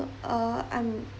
uh I'm